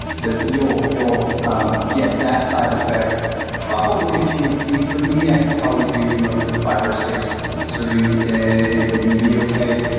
so you'll you'll um get that side effect probably if you exceed for me, i could probably do up to five or six servings a day and and be okay.